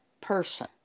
person